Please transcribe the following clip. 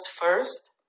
first